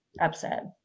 upset